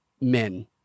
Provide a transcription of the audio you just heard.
men